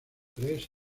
tres